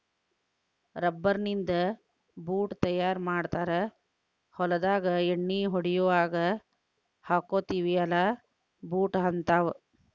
rubber ನಿಂದ boot ತಯಾರ ಮಾಡ್ತಾರ ಹೊಲದಾಗ ಎಣ್ಣಿ ಹೊಡಿಯುವಾಗ ಹಾಕ್ಕೊತೆವಿ ಅಲಾ ಬೂಟ ಹಂತಾವ